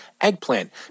eggplant